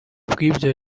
bw’ibyo